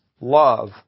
love